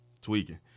Tweaking